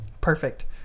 Perfect